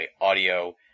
Audio